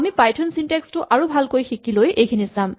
আমি Python syntax টো আৰু ভালকৈ শিকি লৈ এইখিনি চাম